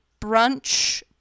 brunch